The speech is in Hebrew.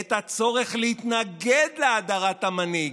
את הצורך להתנגד להאדרת המנהיג,